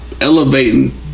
elevating